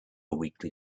weakly